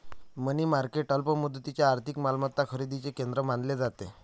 मनी market अल्प मुदतीच्या आर्थिक मालमत्ता खरेदीचे केंद्र मानले जाते